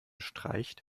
streicht